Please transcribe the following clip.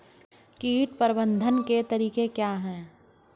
कीट प्रबंधन के तरीके क्या हैं?